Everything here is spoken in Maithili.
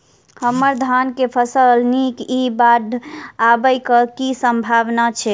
हम्मर धान केँ फसल नीक इ बाढ़ आबै कऽ की सम्भावना छै?